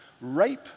rape